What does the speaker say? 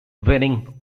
winning